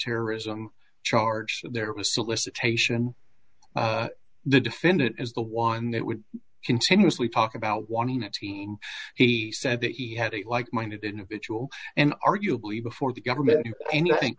terrorism charge there was solicitation the defendant is the one that would continuously talk about wanting that team he said that he had a like minded individual and arguably before the government and i think